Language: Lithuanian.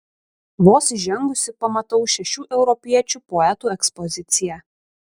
vos įžengusi pamatau šešių europiečių poetų ekspoziciją